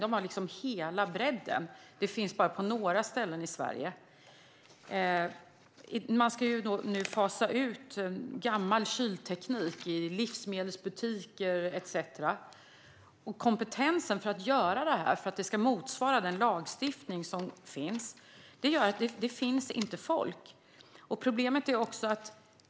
De har liksom hela bredden. Detta finns bara på några ställen i Sverige. Man ska nu fasa ut gammal kylteknik i livsmedelsbutiker etcetera. Det saknas folk som har kompetens för att göra detta, för att det ska motsvara den lagstiftning som finns. Det finns också ett annat problem.